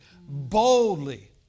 boldly